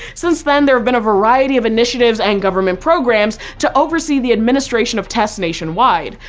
since then there have been a variety of initiatives and government programs to oversee the administration of tests nationwide.